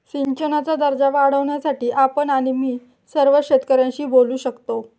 सिंचनाचा दर्जा वाढवण्यासाठी आपण आणि मी सर्व शेतकऱ्यांशी बोलू शकतो